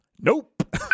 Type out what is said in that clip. Nope